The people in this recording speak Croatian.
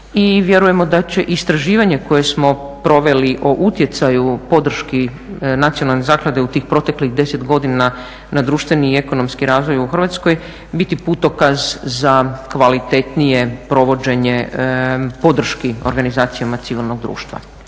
I vjerujemo da će istraživanje koje smo proveli o utjecaju podrški Nacionalne zaklade u tih proteklih 10 godina na društveni i ekonomski razvoj u Hrvatskoj biti putokaz za kvalitetnije provođenje podrški organizacijama civilnog društva.